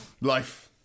Life